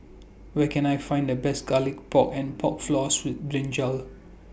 Where Can I Find The Best Garlic Pork and Pork Floss with Brinjal